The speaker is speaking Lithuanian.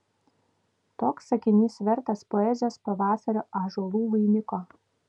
toks sakinys vertas poezijos pavasario ąžuolų vainiko